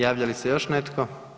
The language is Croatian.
Javlja li se još netko?